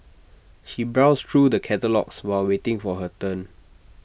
she browsed through the catalogues while waiting for her turn